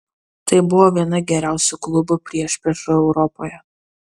tai buvo viena geriausių klubų priešpriešų europoje